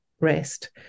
rest